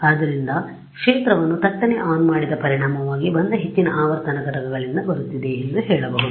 ಆದ್ದರಿಂದ ಕ್ಷೇತ್ರವನ್ನು ಥಟ್ಟನೆ ಆನ್ ಮಾಡಿದ ಪರಿಣಾಮವಾಗಿ ಬಂದ ಹೆಚ್ಚಿನ ಆವರ್ತನ ಘಟಕಗಳಿಂದ ಬರುತ್ತಿದೆ ಎಂದು ಹೇಳಬಹುದು